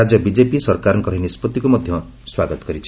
ରାଜ୍ୟ ବିଜେପି ସରକାରଙ୍କର ଏହି ନିଷ୍ପଭିକ୍ତ ମଧ୍ୟ ସ୍ୱାଗତ କରିଛି